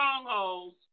strongholds